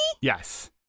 Yes